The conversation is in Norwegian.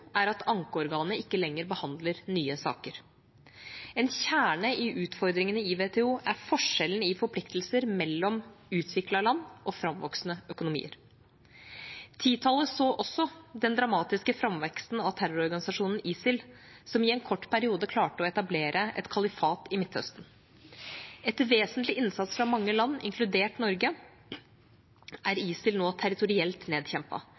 er at ankeorganet ikke lenger behandler nye saker. En kjerne i utfordringene i WTO er forskjellen i forpliktelser mellom utviklede land og framvoksende økonomier. 2010-tallet så også den dramatiske framveksten av terrororganisasjonen ISIL, som i en kort periode klarte å etablere et kalifat i Midtøsten. Etter vesentlig innsats fra mange land, inkludert Norge, er